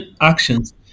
actions